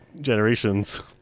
generations